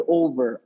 over